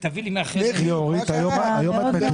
סתם.